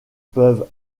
peuvent